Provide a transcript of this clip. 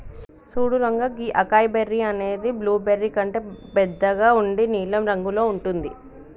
సూడు రంగా గీ acai berry అనేది బ్లూబెర్రీ కంటే బెద్దగా ఉండి నీలం రంగులో ఉంటుంది